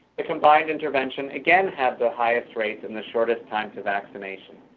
the combined intervention again had the highest rate and the shortest time to vaccination.